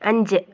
അഞ്ച്